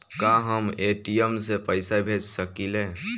का हम ए.टी.एम से पइसा भेज सकी ले?